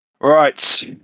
Right